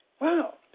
Wow